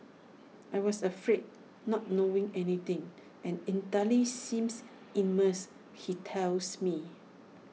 I was afraid not knowing anything and Italy seems immense he tells me